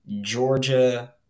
Georgia